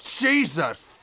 Jesus